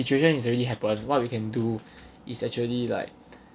situation is already happened what we can do is actually like